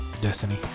Destiny